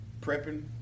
prepping